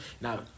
Now